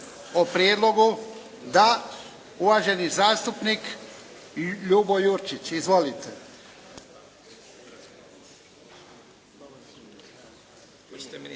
o prijedlogu? Da. Uvaženi zastupnik Ljubo Jurčić. **Jurčić,